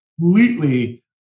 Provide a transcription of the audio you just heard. completely